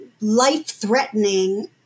life-threatening